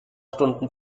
stunden